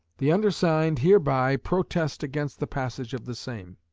the undersigned hereby protest against the passage of the same.